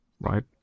right